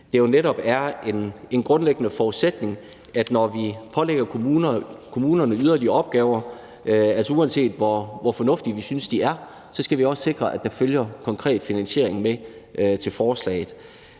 netop er en grundlæggende forudsætning, at når vi pålægger kommunerne yderligere opgaver – uanset hvor fornuftige vi synes de er – så skal vi også sikre, at der følger konkret finansiering med til forslaget.